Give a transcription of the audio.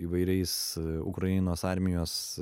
įvairiais ukrainos armijos